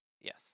Yes